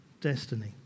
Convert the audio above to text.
destiny